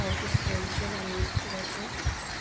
हो त्यस्तोहरू चाहिँ हामी गर्छौँ